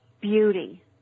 beauty